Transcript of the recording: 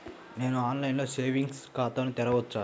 నేను ఆన్లైన్లో సేవింగ్స్ ఖాతాను తెరవవచ్చా?